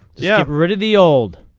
yeah rated the old.